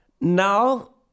Now